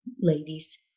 ladies